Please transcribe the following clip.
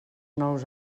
nous